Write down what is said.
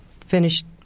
finished